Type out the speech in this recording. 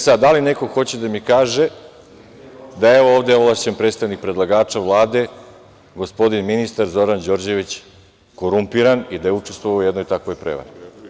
Sad, da li neko hoće da mi kaže da je, evo, ovde ovlašćen predstavnik predlagača, Vlade, gospodin ministar Zoran Đorđević korumpiran i da je učestvovao u jednoj takvoj prevari?